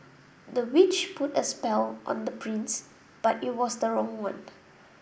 the witch put a spell on the prince but it was the wrong one